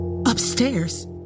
Upstairs